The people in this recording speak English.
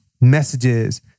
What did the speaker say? messages